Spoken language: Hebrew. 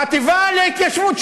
החטיבה להתיישבות,